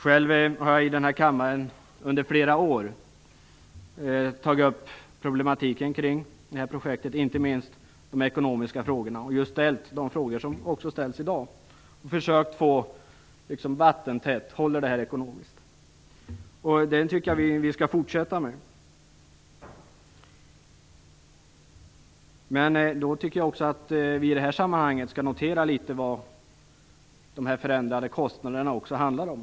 Själv har jag i denna kammare under flera år tagit upp problematiken kring detta projekt, inte minst de ekonomiska frågorna - också de frågor som ställts i dag - och försökt klara ut om projektet är ekonomiskt vattentätt. Jag tycker att vi skall fortsätta med detta arbete. Jag tycker också att vi i detta sammanhang skall notera litet vad de förändrade kostnaderna beror på.